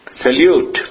salute